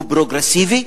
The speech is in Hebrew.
הוא פרוגרסיבי,